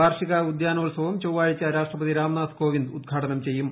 വാർഷിക ഉദ്യാനോത്സവം ചൊവ്വാഴ്ച രാഷ്ട്രപതി രാംനാഥ് കോവിന്ദ് ഉദ്ഘാടനം ചെയ്യും